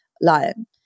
Lion